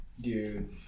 dude